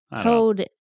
Toad